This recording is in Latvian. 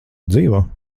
dzīvo